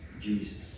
Jesus